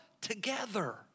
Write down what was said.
together